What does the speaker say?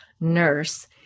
nurse